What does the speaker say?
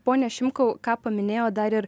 pone šimkau ką paminėjo dar ir